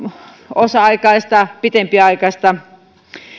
osa aikaista pitempiaikaista